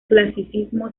clasicismo